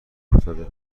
افتاده